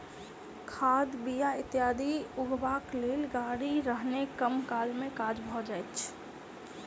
खाद, बीया इत्यादि उघबाक लेल गाड़ी रहने कम काल मे काज भ जाइत छै